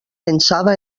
pensava